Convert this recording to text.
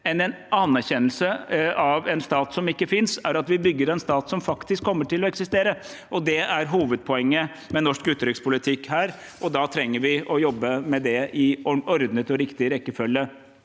en anerkjennelse av en stat som ikke finnes, er at vi bygger en stat som faktisk kommer til å eksistere. Det er hovedpoenget med norsk utenrikspolitikk her, og da trenger vi å jobbe med det i ordnet og riktig rekkefølge.